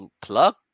plug